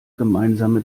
gemeinsame